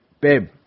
Babe